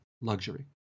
luxury